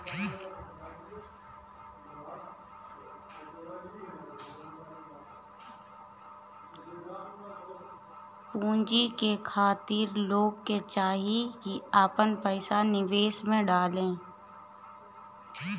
पूंजी खातिर लोग के चाही की आपन पईसा निवेश में डाले